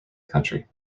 country